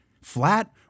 flat